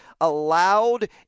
allowed